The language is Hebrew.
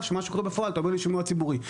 שמה שקורה בפועל אתה אומר לי שימוע ציבורי,